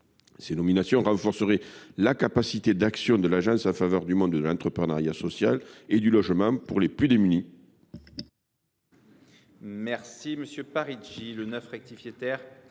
Ces nominations renforceraient la capacité d’action de l’Agence en faveur du monde de l’entrepreneuriat social et du logement pour les plus démunis.